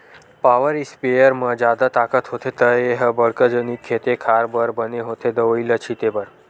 power sprayer म जादा ताकत होथे त ए ह बड़का जनिक खेते खार बर बने होथे दवई ल छिते बर